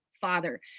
father